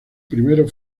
primero